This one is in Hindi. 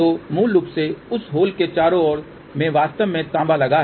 तो मूल रूप से उस होल के चारों ओर में वास्तव में तांबा लगा है